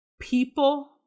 people